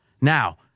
Now